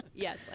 Yes